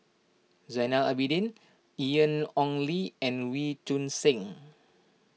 Zainal Abidin Ian Ong Li and Wee Choon Seng